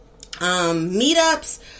meetups